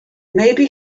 maybe